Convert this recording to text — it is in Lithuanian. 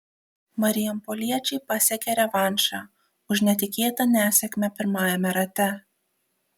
marijampoliečiai pasiekė revanšą už netikėtą nesėkmę pirmajame rate